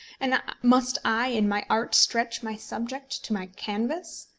and must i in my art stretch my subject to my canvas?